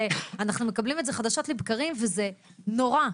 אנחנו מקבלים את זה חדשות לבקרים וזה נורא.